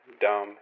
dumb